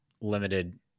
limited